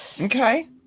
Okay